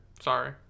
sorry